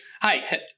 hi